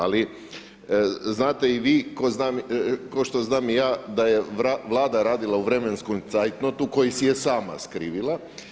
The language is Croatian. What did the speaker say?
Ali znate i vi kao što znam i ja da je Vlada radila u vremenskom cajtnotu koji si je sama skrivila.